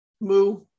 Moo